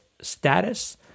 status